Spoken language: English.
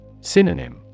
Synonym